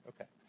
Okay